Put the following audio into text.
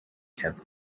kept